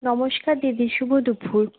নমস্কার দিদি শুভ দুপুর